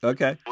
Okay